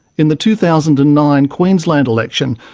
in the two thousand and nine queensland election,